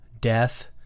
death